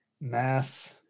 Mass